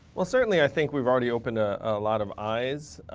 well, certainly, i think we've already opened a lot of eyes,